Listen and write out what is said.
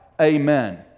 Amen